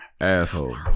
Asshole